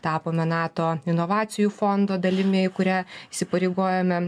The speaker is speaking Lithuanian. tapome nato inovacijų fondo dalimi į kurią įsipareigojome